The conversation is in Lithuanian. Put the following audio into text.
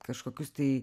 kažkokius tai